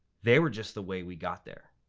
they were just the way we got there.